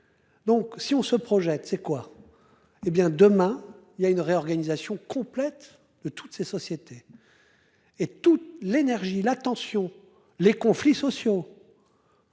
Donc si on se projette c'est quoi. Hé bien, demain il y a une réorganisation complète de toutes ces sociétés. Et toute l'énergie, la tension, les conflits sociaux.